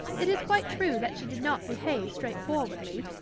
it is quite true that she did not behave straightforwardly,